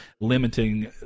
limiting